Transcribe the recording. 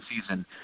season